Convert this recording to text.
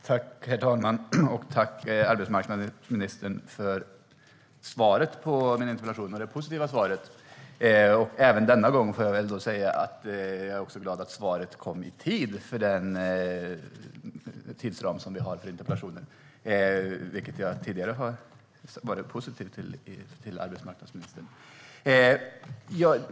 Herr talman! Tack för det positiva svaret på min interpellation, arbetsmarknadsministern! Även denna gång är jag glad att svaret kom inom den tidsram vi har för interpellationer. Jag har tidigare uttryckt mig positivt om det till arbetsmarknadsministern.